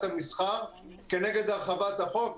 המסחר שתלויה ועומדת נגד הרחבת החוק.